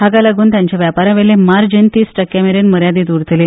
हाका लागून तांचे वेपारा वयली मार्जीन तीस टक्क्या मेरेन मर्यादीत उरतली